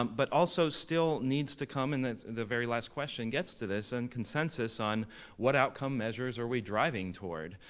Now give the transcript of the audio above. um but also still needs to come, and the very last question gets to this, in and consensus on what outcome measures are we driving toward,